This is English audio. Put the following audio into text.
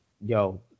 yo